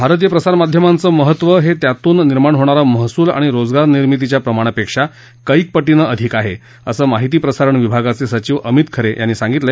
भारतीय प्रसारमाध्यमांचं महत्त्व हे त्यातून निर्माण होणारा महसूल आणि रोजगार निर्मितीच्या प्रमाणापेक्षा कैक पांचंनं अधिक आहे असं माहिती प्रसारण विभागाचे सचीव अमित खरे यांनी सांगितलं